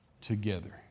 together